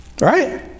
right